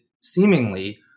seemingly